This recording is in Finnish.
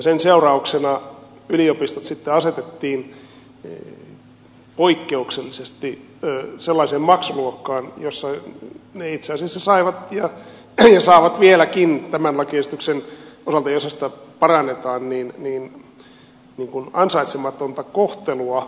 sen seurauksena yliopistot sitten asetettiin poikkeuksellisesti sellaiseen maksuluokkaan jossa ne itse asiassa saivat ja saavat vieläkin tämän lakiesityksen osalta jossa sitä parannetaan ansaitsematonta kohtelua